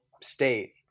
state